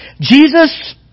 Jesus